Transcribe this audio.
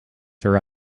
her